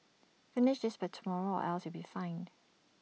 finish this by tomorrow or else you'll be fired